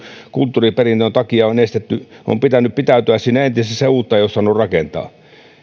kulttuuriperinnön takia on estetty on pitänyt pitäytyä siinä entisessä ja uutta ei ole saanut rakentaa